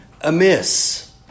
amiss